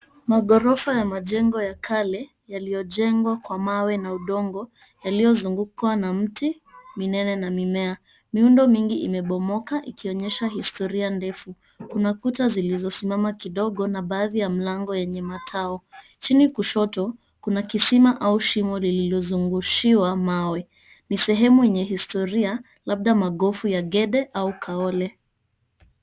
Maghorofa ya majengo ya kale yaliyojengwa kwa mawe na udongo, yaliyozungukwa na mti minene na mimea. Miundo mingi imebomoka ikionyesha historia ndefu. Kuna kuta zilizosimama kidogo na baadhi ya mlango yenye matao. Chini kushoto, kuna kisima au shimo lililozungushiwa mawe. Ni sehemu yenye historia labda magofu ya Gede au Kaole.